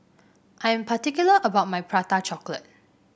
I am particular about my Prata Chocolate